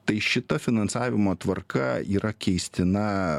tai šita finansavimo tvarka yra keistina